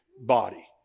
body